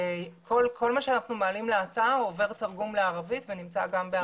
כל מה שאנחנו מעלים לאתר עובר תרגום לערבית ונמצא גם בערבית.